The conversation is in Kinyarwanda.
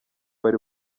bari